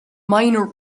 minor